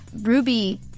Ruby